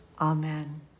Amen